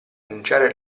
annunciare